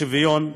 שוויון,